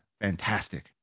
fantastic